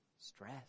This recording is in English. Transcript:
stress